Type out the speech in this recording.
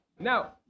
Now